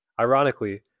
Ironically